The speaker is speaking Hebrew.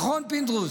נכון, פינדרוס?